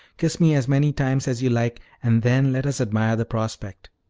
kiss me as many times as you like, and then let us admire the prospect.